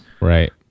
Right